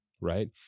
right